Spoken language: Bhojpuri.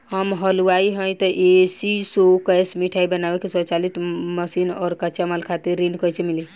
हम हलुवाई हईं त ए.सी शो कैशमिठाई बनावे के स्वचालित मशीन और कच्चा माल खातिर ऋण कइसे मिली?